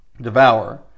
devour